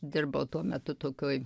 dirbau tuo metu tokioj